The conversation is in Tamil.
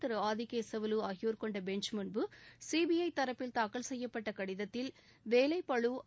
திரு ஆதிகேசவலு ஆகியோர் கொண்ட பெஞ்ச் முன்பு சிபிஐ தரப்பில் தாக்கல் செய்யப்பட்ட கடிதத்தில் வேலை பஞ்